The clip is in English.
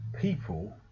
people